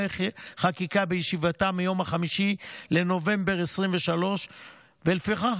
חקיקה בישיבתה מיום 5 בנובמבר 2023. לפיכך,